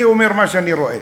אני אומר מה שאני רואה.